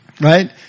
right